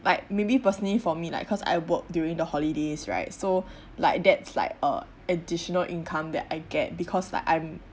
like maybe personally for me like cause I work during the holidays right so like that's like uh additional income that I get because like I'm